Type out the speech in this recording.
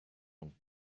donc